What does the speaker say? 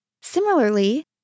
Similarly